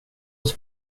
oss